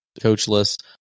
coachless